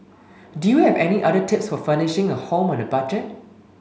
do you have any other tips for furnishing a home on a budget